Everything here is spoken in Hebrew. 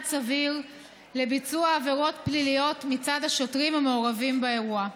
סביר לביצוע עבירות פליליות מצד השוטרים המעורבים באירוע.